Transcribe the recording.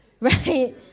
Right